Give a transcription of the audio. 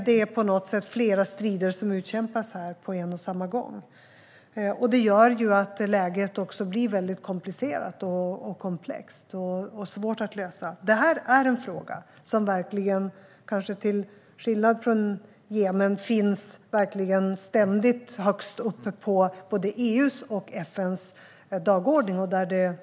Det är på något sätt flera strider som utkämpas här på en och samma gång. Det gör att läget blir väldigt komplicerat, komplext och svårt att lösa. Det här är en fråga som, kanske till skillnad från Jemen, ständigt finns högst uppe på både EU:s och FN:s dagordningar.